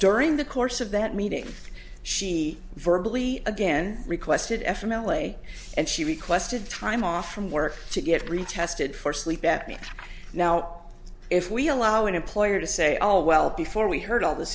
during the course of that meeting she verbally again requested f m l a and she requested time off from work to get retested for sleep at me now if we allow an employer to say oh well before we heard all this